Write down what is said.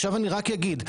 עכשיו אני רק אגיד,